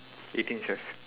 eighteen chefs